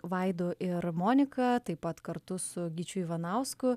vaidu ir monika taip pat kartu su gyčiu ivanausku